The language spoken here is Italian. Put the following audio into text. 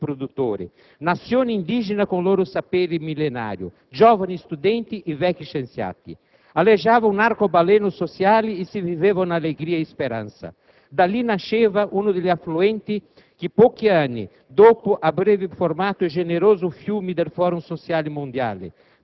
in rappresentanza dei grandi sindacati dei lavoratori o di piccoli gruppi di produttori, Nazioni indigene con il loro sapere millenario, giovani studenti e vecchi scienziati. Aleggiava un arcobaleno sociale e si viveva in allegria e speranza. Da lì nasceva uno degli affluenti che pochi anni